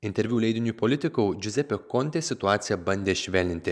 interviu leidiniui politikau džiuzepė kontė situaciją bandė švelninti